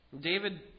David